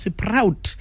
proud